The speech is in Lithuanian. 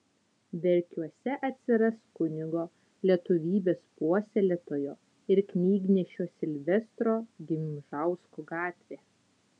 verkiuose atsiras kunigo lietuvybės puoselėtojo ir knygnešio silvestro gimžausko gatvė